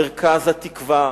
מרכז התקווה,